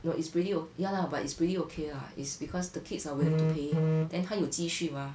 no it's really o~ ya lah but it's pretty okay lah it's because the kids are willing to pay then 她有积蓄 mah